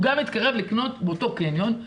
הוא גם התקרב לקנות באותו קניון,